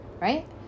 Right